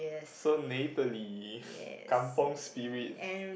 so neighbourly kampung Spirit